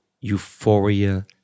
Euphoria